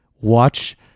watch